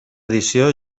edició